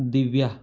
Divya